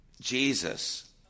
Jesus